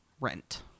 rent